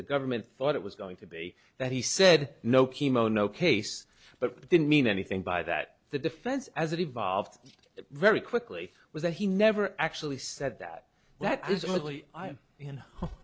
the government thought it was going to be that he said no chemo no case but didn't mean anything by that the defense as it evolved very quickly was that he never actually said that that is unlikely in i you know